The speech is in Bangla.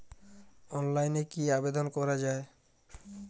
অনলাইনে কি আবেদন করা য়ায়?